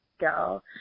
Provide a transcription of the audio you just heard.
go